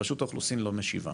רשות האוכלוסין לא משיבה.